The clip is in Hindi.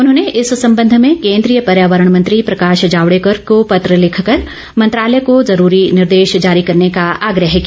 उन्होंने इस संबंध में केन्द्रीय पर्यावरण मंत्री प्रकाश जावड़ेकर को पत्र लिखकर मंत्रालय को जुरूरी निर्देश जारी करने का आग्रह किया